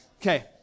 okay